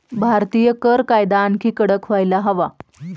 भारतीय कर कायदा आणखी कडक व्हायला हवा